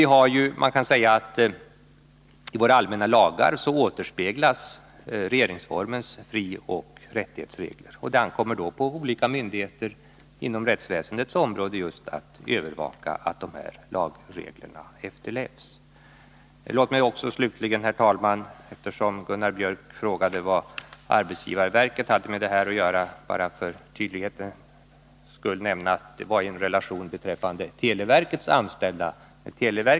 Man kan också säga att regeringsformens frioch rättighetsregler återspeglas i våra allmänna lagar, och det ankommer därmed på olika myndigheter inom rättsväsendets område att övervaka att dessa lagregler efterlevs. Till sist vill jag, herr talman, eftersom Gunnar Biörck frågade vad arbetsgivarverket hade med detta att göra, för tydlighetens skull nämna att jag avsåg en relation beträffande televerkets anställda.